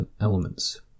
elements